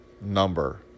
number